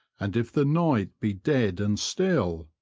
and if the night be dead and still,